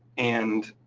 and